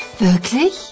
Wirklich